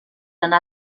anar